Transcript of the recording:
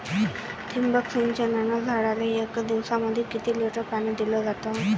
ठिबक सिंचनानं झाडाले एक दिवसामंदी किती लिटर पाणी दिलं जातं?